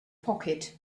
pocket